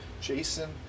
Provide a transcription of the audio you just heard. Jason